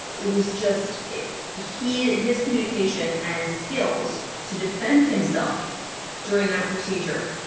it was just it he his communication and skills to defend himself during that procedure